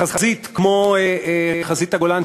בחזית כמו חזית הגולן,